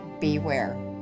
beware